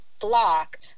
block